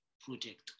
project